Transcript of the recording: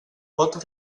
pot